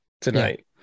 tonight